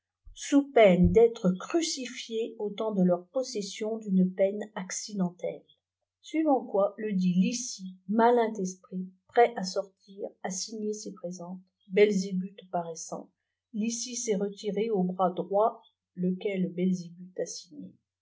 sous peine d'être crucifiés au temps de leur possession d'une peine accidentelle a suivant quoi ledit lissi malin esprit prêt à sortir a signé ces présentes belzébuth paraissant lissi s'est retiré au bras droit lequel belzébuth